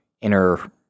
inner